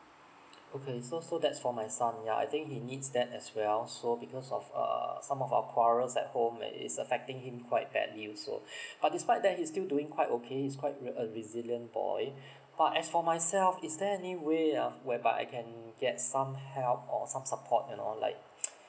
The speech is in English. okay so so that's for my son yeah I think he needs that as well so because of uh some of our quarrels at home that is affecting him quite badly so but despite that he's still doing quite okay he's quite re~ a resilient boy but as for myself is there any way of whereby I can get some help or some support and all like